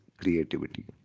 creativity